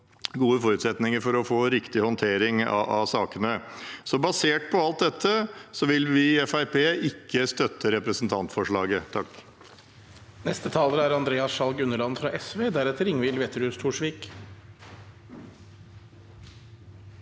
gode forutsetninger for å få riktig håndtering av sakene. Basert på alt dette vil vi i Fremskrittspartiet ikke støtte representantforslaget.